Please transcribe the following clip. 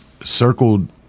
circled